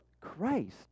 Christ